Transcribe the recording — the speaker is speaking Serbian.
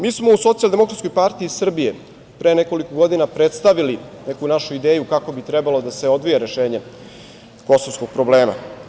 Mi smo u Socijaldemokratskoj partiji Srbije pre nekoliko godina predstavili neku našu ideju kako bi trebalo da se odvija rešenje kosovskog problema.